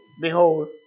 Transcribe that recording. Behold